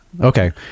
Okay